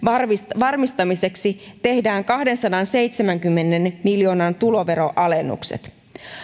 varmistamiseksi tehdään kahdensadanseitsemänkymmenen miljoonan tuloveroalennukset